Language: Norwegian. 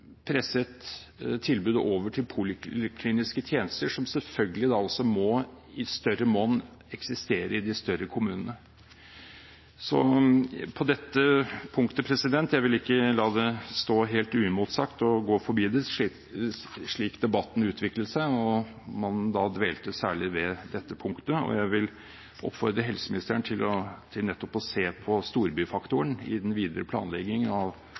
i større monn må eksistere i de større kommunene. Dette punktet ville jeg ikke la stå helt uimotsagt og gå forbi, slik debatten utviklet seg og man dvelte særlig ved dette punktet. Jeg vil oppfordre helseministeren til nettopp å se på storbyfaktoren i den videre planleggingen av